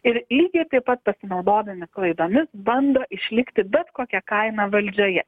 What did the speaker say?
ir lygiai taip pat pasinaudodami klaidomis bando išlikti bet kokia kaina valdžioje